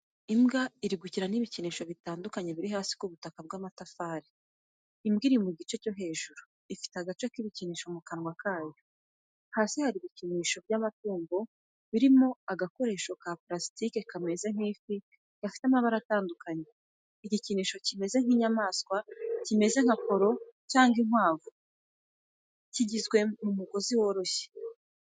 Imbwa iri gukina n’ibikinisho bitandukanye biri hasi ku butaka bw’amatafari. Imbwa iri mu gice cyo hejuru ifite agace cy’ibikinisho mu kanwa kayo. Hasi hari ibikinisho byinshi by’abatungo birimo, agakoresho ka purasitike kameze nk’ifi gafite amabara atandukanye. Igikinisho gimeze nk’inyamaswa kimeze nka poro cyangwa inkwavu, gikozwe mu mugozi woroshye.